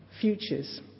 futures